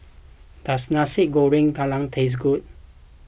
does Nasi Goreng Kerang taste good